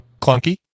clunky